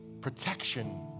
protection